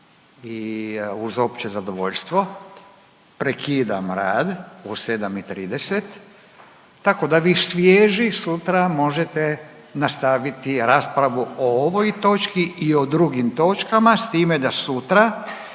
i uz opće zadovoljstvo prekidam rad u 7 i 30 tako da vi svježi sutra možete nastaviti raspravu o ovoj točki i o drugim točkama s time da sutra